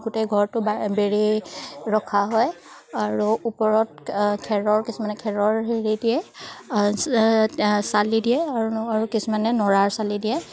গোটেই ঘৰটো বেৰি ৰখা হয় আৰু ওপৰত খেৰৰ কিছুমানে খেৰৰ হেৰি দিয়ে চালি দিয়ে আৰু কিছুমানে নৰাৰ চালি দিয়ে